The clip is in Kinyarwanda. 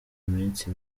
minsi